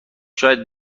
شاید